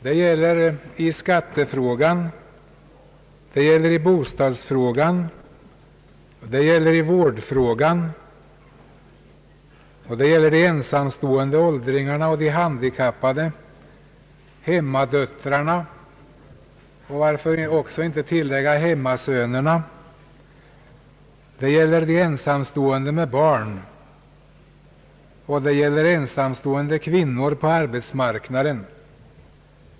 Det gäller skattefrågan, bostadsoch vårdfrågorna, hjälp åt åldringar och handikappade, stöd åt hemmadöttrarna — och varför inte också hemmasönerna — ensamstående med barn och ensamstående kvinnor på arbetsmarknaden.